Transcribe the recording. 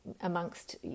amongst